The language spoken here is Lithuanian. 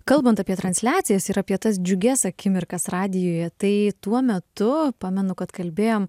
kalbant apie transliacijas ir apie tas džiugias akimirkas radijuje tai tuo metu pamenu kad kalbėjom